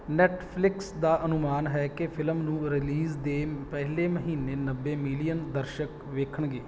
Netflix ਦਾ ਅਨੁਮਾਨ ਹੈ ਕਿ ਫਿਲਮ ਨੂੰ ਰਿਲੀਜ਼ ਦੇ ਪਹਿਲੇ ਮਹੀਨੇ ਨੱਬੇ ਮਿਲੀਅਨ ਦਰਸ਼ਕ ਵੇਖਣਗੇ